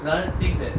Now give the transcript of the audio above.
I think that